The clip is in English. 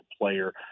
player